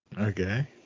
Okay